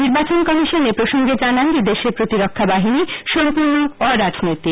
নির্বাচন কমিশন এ প্রসঙ্গে জানান যে দেশের প্রতিরক্ষা বাহিনী সম্পর্ণ অরাজনৈতিক